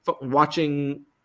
watching